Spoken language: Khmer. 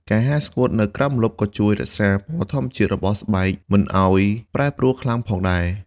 ការហាលស្ងួតនៅក្រោមម្លប់ក៏ជួយរក្សាពណ៌ធម្មជាតិរបស់ស្បែកមិនឱ្យប្រែប្រួលខ្លាំងផងដែរ។